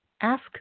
Ask